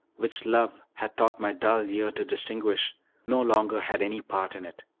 which love had taught my dull ear to distinguish no longer had any part in it.